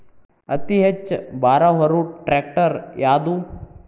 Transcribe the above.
ಅತಿ ಹೆಚ್ಚ ಭಾರ ಹೊರು ಟ್ರ್ಯಾಕ್ಟರ್ ಯಾದು?